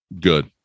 good